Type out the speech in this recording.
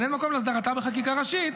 אבל אין מקום להסדרתה בחקיקה ראשית,